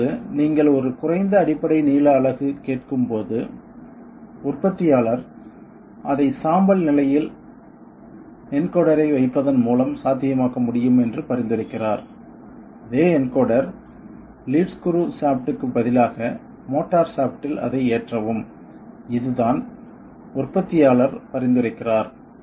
இப்போது நீங்கள் ஒரு குறைந்த அடிப்படை நீள அலகு கேட்கும் போது உற்பத்தியாளர் அதை சாம்பல் நிலையில் என்கோடரை வைப்பதன் மூலம் சாத்தியமாக்க முடியும் என்று பரிந்துரைக்கிறார் அதே என்கோடர் லீட் ஸ்க்ரூ ஷாஃப்ட்டுக்கு பதிலாக மோட்டார் ஷாஃப்ட்டில் அதை ஏற்றவும் இதுதான் உற்பத்தியாளர் பரிந்துரைக்கிறார்